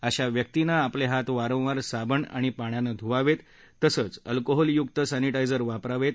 अशा व्यक्तीनं आपले हात वारंवार साबण आणि पाण्यानं ध्रवावेत तसचं अल्कोहोल युक्त सॅनिटायझर वापरावेत